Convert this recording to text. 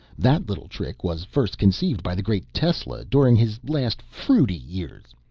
that little trick was first conceived by the great tesla during his last fruity years.